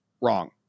wrong